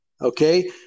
Okay